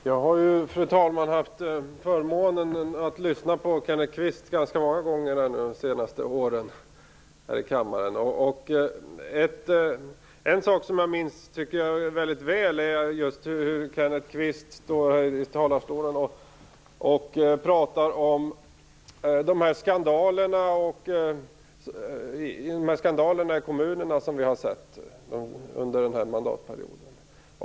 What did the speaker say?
Fru talman! Jag har haft förmånen att lyssna på Kenneth Kvist ganska många gånger här i kammaren under de senaste åren. En sak som jag minns, tycker jag, väldigt väl är just hur Kenneth Kvist står i talarstolen och pratar om de skandaler i kommunerna som vi har sett under den här mandatperioden.